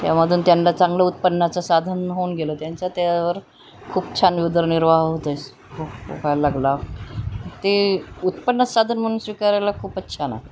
त्यामधून त्यांना चांगलं उत्पन्नाचं साधन होऊन गेल त्यांचा त्यावर खूप छान उदरनिर्वाह होतय स व्ह्यायला लागला ते उत्पन्न साधन म्हणुन स्वीकारायला खूपच छान आहे